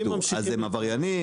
אז הם עבריינים?